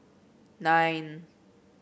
nine